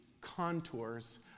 contours